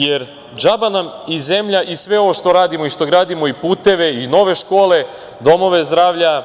Jer, džaba nam i zemlja i sve ovo što radimo i što gradimo puteve, nove škole, domove zdravlja,